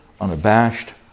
unabashed